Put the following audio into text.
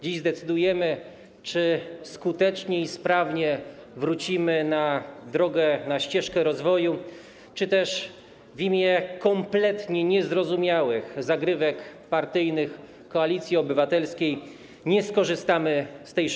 Dziś zdecydujemy, czy skutecznie i sprawnie wrócimy na drogę, na ścieżkę rozwoju, czy też w imię kompletnie niezrozumiałych zagrywek partyjnych Koalicji Obywatelskiej nie skorzystamy z tej szansy.